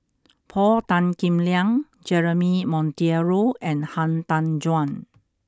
Paul Tan Kim Liang Jeremy Monteiro and Han Tan Juan